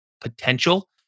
potential